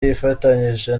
yifatanyije